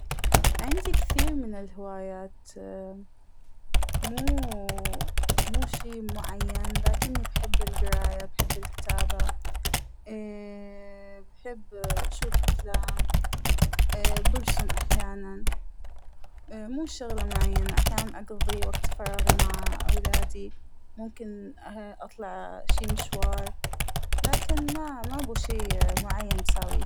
عندى كثير من الهوايات مو- مو شى معين ، لكنى بحب القراية بحب الكتابة ، بحب أشوف أفلام اا- برسم أحيانا ا- مو شغلة معينة ، أحيانا أقضى وقت فراغى مع أولادى ، ممكن أطلع شى مشوار ، لكن ما مابو شى معين بساويه.